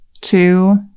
two